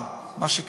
אבל מה שכן,